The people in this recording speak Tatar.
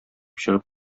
чыгып